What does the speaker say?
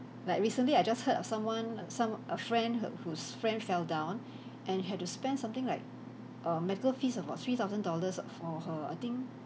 like recently I just heard of someone some a friend her who's friend fell down and had to spend something like err medical fees about three thousand dollars uh for her I think